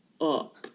up